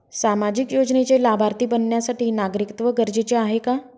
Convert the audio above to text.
सामाजिक योजनेचे लाभार्थी बनण्यासाठी नागरिकत्व गरजेचे आहे का?